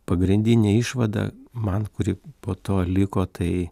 pagrindinė išvada man kuri po to liko tai